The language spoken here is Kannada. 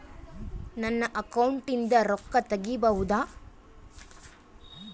ನನ್ನ ಅಕೌಂಟಿಂದ ರೊಕ್ಕ ತಗಿಬಹುದಾ?